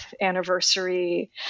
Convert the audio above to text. anniversary